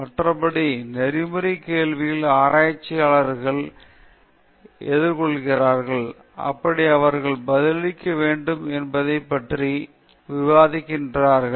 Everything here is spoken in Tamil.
மறுபடியும் நெறிமுறை கேள்விகளை ஆராய்ச்சியாளர்கள் எதிர்கொள்கிறார்கள் எப்படி அவர்கள் பதிலளிக்க வேண்டும் என்பதைப் பற்றி விவாதிக்கிறார்கள்